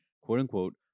quote-unquote